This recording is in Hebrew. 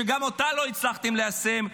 שגם אותה לא הצלחתם ליישם.